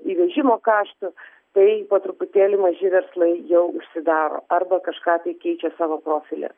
įvežimo kaštų tai po truputėlį maži verslai jau užsidaro arba kažką tai keičia savo profilyje